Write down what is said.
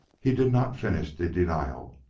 he did not finish the denial,